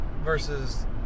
Versus